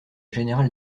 général